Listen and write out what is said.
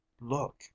Look